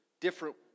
different